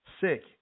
Sick